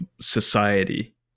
society